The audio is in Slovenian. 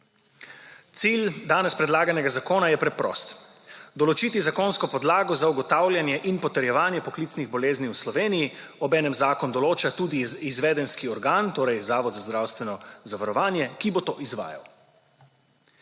Cilj danes predlaganega zakona je preprost: določiti zakonsko podlago za ugotavljanje in potrjevanje poklicnih bolezni v Sloveniji. Obenem zakon določa tudi izvedenski organ, torej Zavod za zdravstveno zavarovanje, ki bo to izvajal.